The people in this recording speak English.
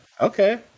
Okay